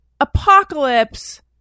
apocalypse